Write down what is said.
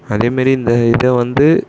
அதேமாரி இந்த இதை வந்து